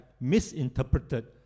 misinterpreted